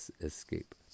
escape